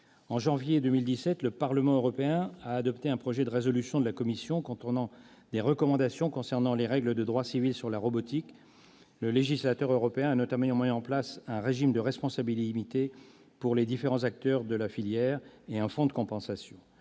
En janvier 2017, le Parlement européen a adopté un projet de résolution de la Commission européenne contenant des recommandations concernant les règles de droit civil sur la robotique. Le législateur européen a notamment mis en place un régime de responsabilité limitée pour les différents acteurs de la filière et un fonds de compensation.